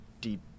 deep